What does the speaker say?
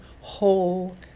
whole